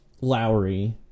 Lowry